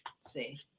see